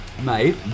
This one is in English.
mate